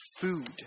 food